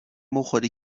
بخوری